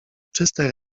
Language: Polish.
czyste